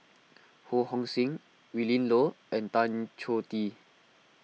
Ho Hong Sing Willin Low and Tan Choh Tee